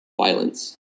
violence